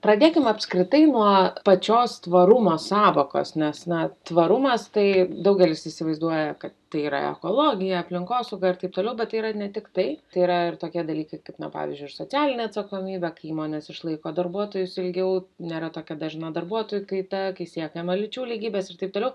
pradėkim apskritai nuo pačios tvarumo sąvokos nes na tvarumas tai daugelis įsivaizduoja kad tai yra ekologija aplinkosauga ir taip toliau bet tai yra ne tiktai tai tai yra ir tokie dalykai kaip pavyzdžiui ir socialinė atsakomybė kai įmonės išlaiko darbuotojus ilgiau nėra tokia dažna darbuotojų kaita kai siekiama lyčių lygybės ir taip toliau